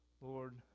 Lord